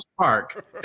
Park